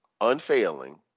unfailing